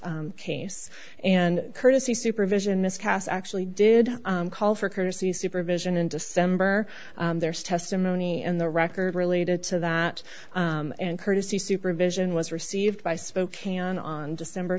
case and courtesy supervision miscast actually did call for courtesy supervision in december there's testimony in the record related to that and courtesy supervision was received by spokane on december